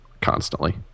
constantly